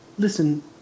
listen